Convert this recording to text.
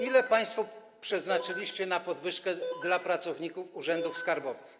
Ile państwo przeznaczyliście na podwyżkę dla pracowników urzędów skarbowych?